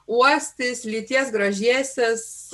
uostys lytės grožėsis